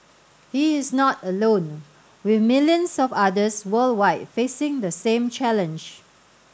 he is not alone with millions of others worldwide facing the same challenge